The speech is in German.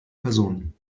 person